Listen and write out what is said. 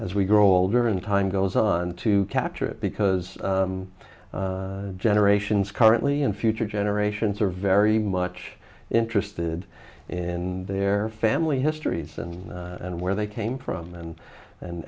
as we grow older and time goes on to capture it because generations currently and future generations are very much interested in their family histories and and where they came from then and